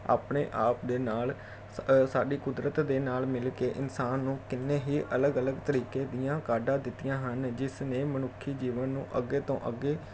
ਆਪਣੇ ਆਪ ਦੇ ਨਾਲ ਅ ਸਾਡੀ ਕੁਦਰਤ ਦੇ ਨਾਲ ਮਿਲ ਕੇ ਇਨਸਾਨ ਨੂੰ ਕਿੰਨੇ ਹੀ ਅਲੱਗ ਅਲੱਗ ਤਰੀਕੇ ਦੀਆਂ ਕਾਢਾਂ ਦਿੱਤੀਆਂ ਹਨ ਜਿਸ ਨੇ ਮਨੁੱਖੀ ਜੀਵਨ ਨੂੰ ਅੱਗੇ ਤੋਂ ਅੱਗੇ